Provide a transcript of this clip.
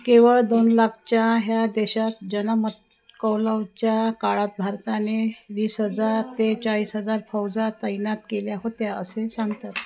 केवळ दोन लाखच्या ह्या देशात जनमतकौलाच्या काळात भारताने वीस हजार ते चाळीस हजार फौजा तैनात केल्या होत्या असे सांगतात